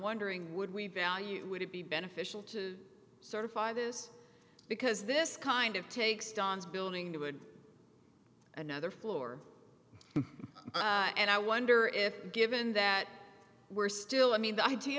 wondering would we value would it be beneficial to certify this because this kind of takes don's building to would another floor and i wonder if given that we're still i mean the idea